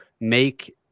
make